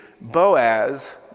Boaz